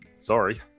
sorry